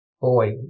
boy